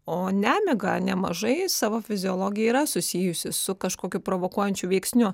o nemiga nemažai savo fiziologija yra susijusi su kažkokiu provokuojančiu veiksniu